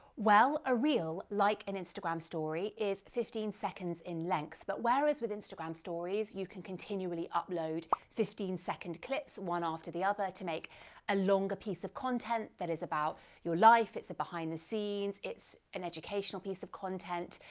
well, a reel like an instagram story is fifteen seconds in length. but whereas with instagram stories you can continually upload fifteen second clips one after the other to make a longer piece of content that is about your life, it's a behind the scenes, it's an educational piece of content,